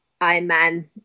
Ironman